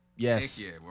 Yes